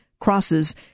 crosses